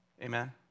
Amen